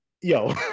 yo